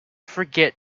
forget